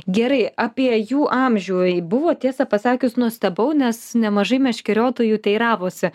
gerai apie jų amžių buvo tiesą pasakius nustebau nes nemažai meškeriotojų teiravosi